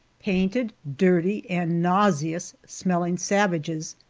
painted, dirty, and nauseous-smelling savages!